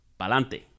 Pa'lante